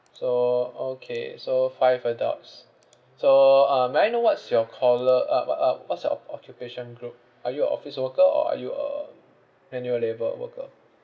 so okay so five adults so uh may I know what's your caller uh uh uh what's your op~ occupation group are you a office worker or are you a manual labour worker